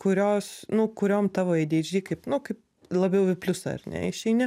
kurios nu kuriom tavo adhd kaip nu kaip labiau į pliusą ar ne išeini